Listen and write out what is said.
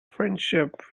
friendship